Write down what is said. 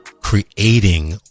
creating